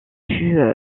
fut